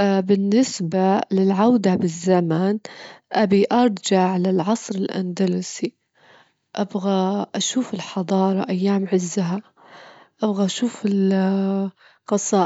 أفظل إني أتكلم كل اللغات الأجنبية، إني أتعلمها وأتحاور بها، وعشان أجدر أفهم وأتواصل مع أكبر عدد من الناس من العالم، شغفي